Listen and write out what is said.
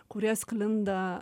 kurie sklinda